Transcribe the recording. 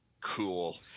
cool